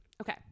Okay